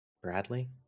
Bradley